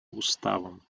уставом